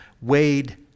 weighed